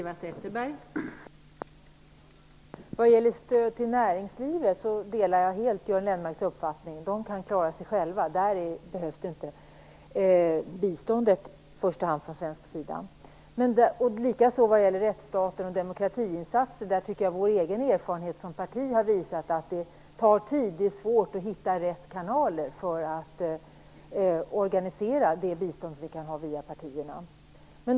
Fru talman! Vad gäller stöd till näringslivet delar jag helt Göran Lennmarkers uppfattning. Näringslivet kan klara sig självt. Där behövs inte i första hand bistånd från svensk sida. Likaså delar jag hans uppfattning vad gäller rättsstaten och demokratiinsatser. Vår egen erfarenhet som parti har visat att det tar tid, det är svårt att hitta rätt kanaler för att organisera det bistånd vi kan ge via partierna.